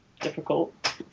difficult